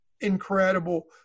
incredible